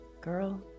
Girl